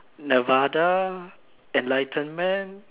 nirvana enlightenment